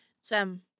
Sam